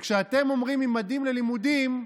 כשאתם אומרים "ממדים ללימודים",